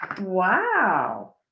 Wow